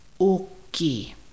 Okay